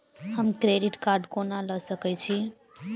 हम credit card कोना लऽ सकै छी?